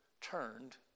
turned